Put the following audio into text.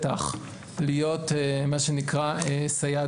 להיות מה שנקרא סייעת